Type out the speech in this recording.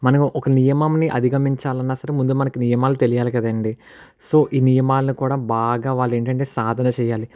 మనం ఒక నియమంని అధిగమించాలి అన్న సరే ముందు మనకు నియమాలు తెలియాలి కదా అండి సో ఈ నియమాలను కూడా బాగా వాళ్ళు ఏంటి అంటే సాధన చేయాలి